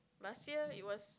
last year it was